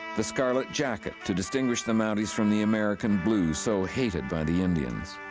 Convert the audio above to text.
the scarlet jacket, to distinguish the mounties from the american blue so hated by the indians.